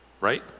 right